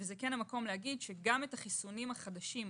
גם את החיסונים החדשים,